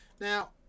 Now